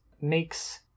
makes